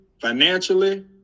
financially